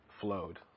flowed